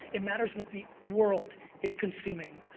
it matters what the world is consuming.